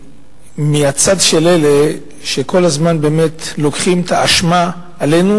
מהצד של אלה שכל הזמן באמת לוקחים את האשמה עלינו